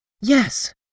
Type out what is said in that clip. Yes